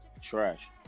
trash